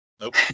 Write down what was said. Nope